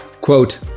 Quote